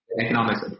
economics